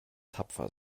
tapfer